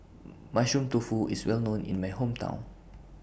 Mushroom Tofu IS Well known in My Hometown